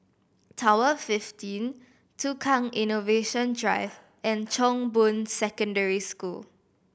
Tower Fifteen Tukang Innovation Drive and Chong Boon Secondary School